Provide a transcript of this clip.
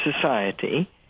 society